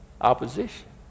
opposition